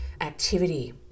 activity